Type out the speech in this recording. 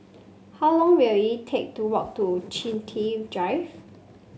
how long will it take to walk to Chiltern Drive